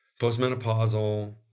postmenopausal